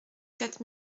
quatre